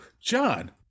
john